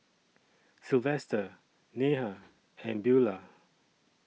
Silvester Neha and Beula